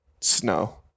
snow